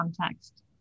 context